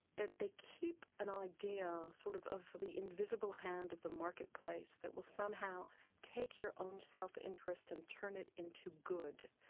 that they keep an idea sort of for the invisible hand of the market place that will somehow take your own self interest and turn it into good.